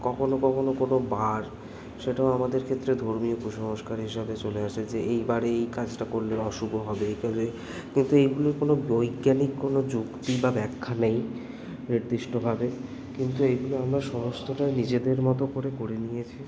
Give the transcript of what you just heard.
কখনো কখনো কোনো বার সেটাও আমাদের ক্ষেত্রে ধর্মীয় কুসংস্কার হিসাবে চলে আসে যে এইবারে এই কাজটা করলে অশুভ হবে তাহলে কিন্তু এগুলোর কোনো বৈজ্ঞানিক কোনো যুক্তি বা ব্যাখ্যা নেই নির্দিষ্টভাবে কিন্তু এইগুলো আমরা সমস্তটাই নিজেদের মতো করে করে নিয়েছি